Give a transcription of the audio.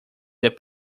that